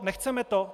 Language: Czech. Nechceme to?